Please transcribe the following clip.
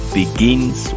begins